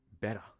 better